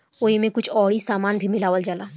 ओइमे कुछ अउरी सामान भी मिलावल जाला